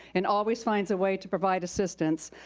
and always finds a way to provide assistance.